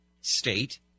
state